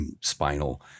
spinal